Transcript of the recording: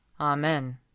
Amen